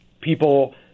people